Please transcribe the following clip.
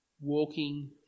walking